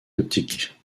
optique